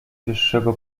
wyższego